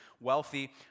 wealthy